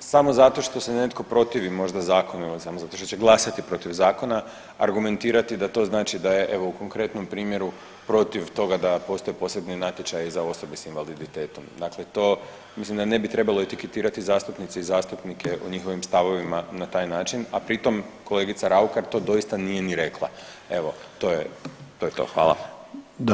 samo zato što se netko protivi možda zakonima, samo zato što će glasati protiv zakona, argumentirati da to znači da je evo u konkretnom primjeru protiv toga da postoji posebni natječaji za osobe s invaliditetom, dakle to mislim da ne bi trebalo etiketirati zastupnice i zastupnike o njihovim stavovima na taj način, a pri tom kolegica Raukar to doista nije ni rekla, evo to je, to je to, hvala.